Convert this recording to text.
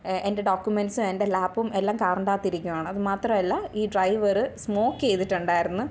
എൻ്റെ ഡോക്ക്യൂമെൻ്റ്സും എൻ്റെ ലാപ്പും എല്ലാം കാറിൻ്റെ അകത്ത് ഇരിക്കുകയാണ് അതു മാത്രമല്ല ഈ ഡ്രൈവറ് സ്മോക്ക് ചെയ്തിട്ടുണ്ടായിരുന്നു